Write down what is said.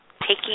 taking